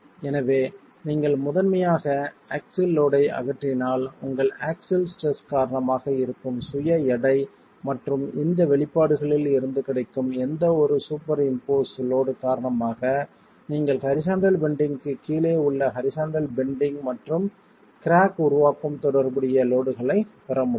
எனவே நீங்கள் முதன்மையாக ஆக்ஸில் லோட் ஐ அகற்றினால் உங்கள் ஆக்ஸில் ஸ்ட்ரெஸ்காரணமாக இருக்கும் சுய எடை மற்றும் இந்த வெளிப்பாடுகளில் இருந்து கிடைக்கும் எந்த ஒரு சூப்பர் இம்போஸ் லோட் காரணமாக நீங்கள் ஹரிசாண்டல் பெண்டிங் கீழ் உள்ள ஹரிசாண்டல் பெண்டிங் மற்றும் கிராக் உருவாக்கம் தொடர்புடைய லோடுகளைப் பெற முடியும்